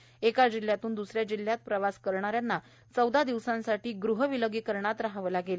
तर एका जिल्ह्यातून द्रसऱ्या जिल्ह्यात प्रवास करणाऱ्यांना चौदा दिवसांसाठी गृह विलगीकरणात रहावं लागेल